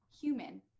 human